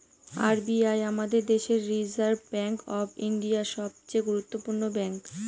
R B I আমাদের দেশের reserve bank of India, সবচে গুরুত্বপূর্ণ ব্যাঙ্ক